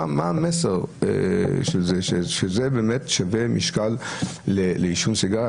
מה המסר, שזה באמת שווה משקל לעישון סיגריה?